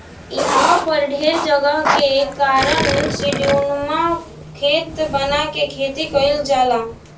इहवा पर ढेर जगह के कारण सीढ़ीनुमा खेत बना के खेती कईल जाला